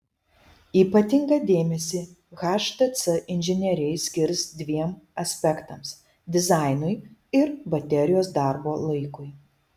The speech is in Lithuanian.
ypatingą dėmesį htc inžinieriai skirs dviem aspektams dizainui ir baterijos darbo laikui